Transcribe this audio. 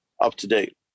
up-to-date